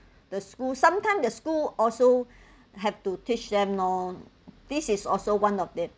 the school sometimes the school also have to teach them lah this is also one of them